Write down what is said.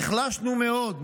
נחלשנו מאוד.